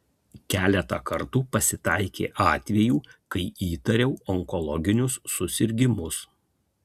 keletą kartų pasitaikė atvejų kai įtariau onkologinius susirgimus